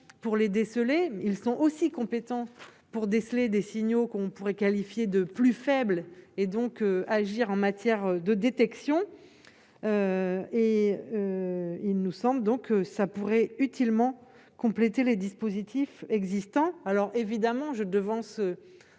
pour les déceler, ils sont aussi compétents pour déceler des signaux qu'on pourrait qualifier de plus faible et donc agir en matière de détection. Et il nous. Donc ça pourrait utilement compléter les dispositifs existants, alors évidemment je devance